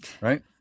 right